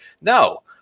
No